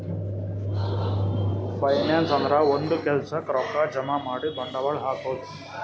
finance ಅಂದ್ರ ಒಂದ್ ಕೆಲ್ಸಕ್ಕ್ ರೊಕ್ಕಾ ಜಮಾ ಮಾಡಿ ಬಂಡವಾಳ್ ಹಾಕದು